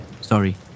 Sorry